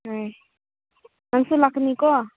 ꯍꯣꯏ ꯅꯪꯁꯨ ꯂꯥꯛꯀꯅꯤꯀꯣ